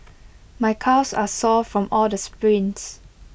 my calves are sore from all the sprints